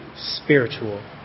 spiritual